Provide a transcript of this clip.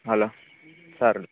hello sir